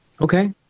Okay